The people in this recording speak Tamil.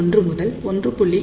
1 முதல் 1